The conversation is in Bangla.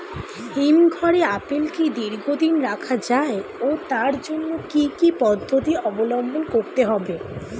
হিমঘরে আপেল কি দীর্ঘদিন রাখা যায় ও তার জন্য কি কি পদ্ধতি অবলম্বন করতে হবে?